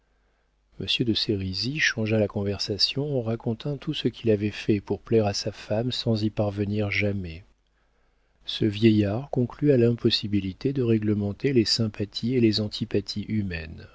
monsieur de sérizy changea la conversation en racontant tout ce qu'il avait fait pour plaire à sa femme sans y parvenir jamais ce vieillard conclut à l'impossibilité de réglementer les sympathies et les antipathies humaines